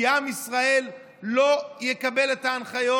כי עם ישראל לא יקבל את ההנחיות.